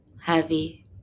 heavy